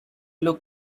look